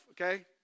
okay